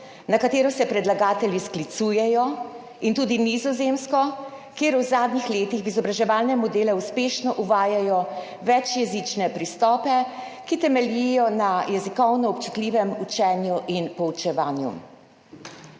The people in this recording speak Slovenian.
na katero se predlagatelji sklicujejo, in tudi za Nizozemsko, kjer v zadnjih letih v izobraževalne modele uspešno uvajajo večjezične pristope, ki temeljijo na jezikovno občutljivem učenju in poučevanju.